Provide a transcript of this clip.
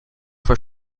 voor